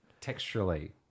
texturally